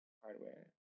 hardware